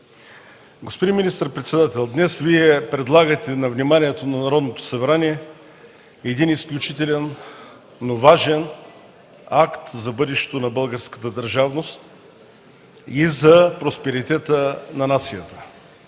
Господин министър-председател, днес Вие предлагате на вниманието на Народното събрание един изключителен, но и важен акт за бъдещето на българската държавност и за просперитета на нацията.